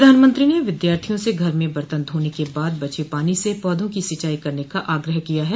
प्रधानमंत्री ने विद्यार्थियों से घर में बर्तन धोने के बाद बचे पानी से पौधों की सिंचाई करने का आग्रह किया है